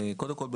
קודם כול,